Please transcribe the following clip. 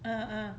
uh uh